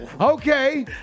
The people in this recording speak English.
Okay